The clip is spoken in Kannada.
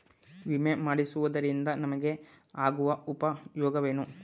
ವಿಮೆ ಮಾಡಿಸುವುದರಿಂದ ನಮಗೆ ಆಗುವ ಉಪಯೋಗವೇನು?